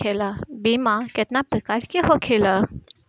बीमा केतना प्रकार के होखे ला?